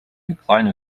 decline